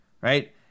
right